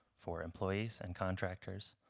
for employees and contractors,